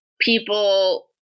people